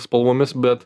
spalvomis bet